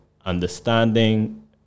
understanding